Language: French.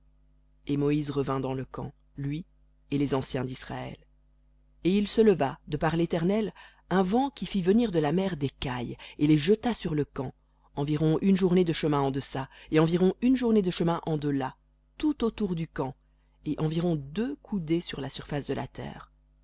et moïse revint dans le camp lui et les anciens disraël et il se leva de par l'éternel un vent qui fit venir de la mer des cailles et les jeta sur le camp environ une journée de chemin en deçà et environ une journée de chemin en delà tout autour du camp et environ deux coudées sur la surface de la terre